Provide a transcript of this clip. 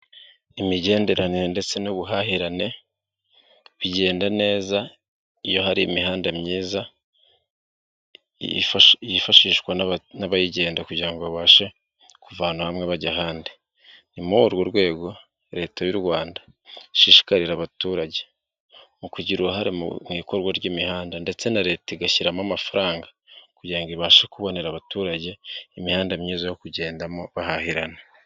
Imijyenderanire ndetse n'ubuhahirane bijyenda neza iyo hari imihanda myiza yifashishwa nabayigenda kujyirango babashe kuva ahantu hamwe bajya ahandi, ni muri urwo rwego leta y' u Rwanda ishishikariza abaturage mukujyira uruhare mu ikorwa ry'imihanda ndetse na leta igashyiramo amafaranga kujyirango ibashe kubonera abaturage imihanda myiza yo kugendamo bahahirana.